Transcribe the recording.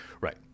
Right